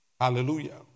Hallelujah